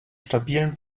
stabilen